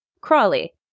Crawley